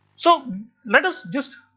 so let us just,